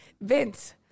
Vince